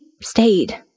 stayed